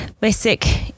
basic